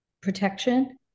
protection